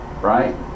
right